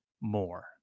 more